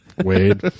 Wade